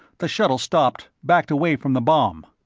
the shuttle stopped, backed away from the bomb.